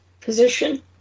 position